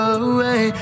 away